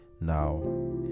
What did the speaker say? Now